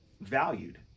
valued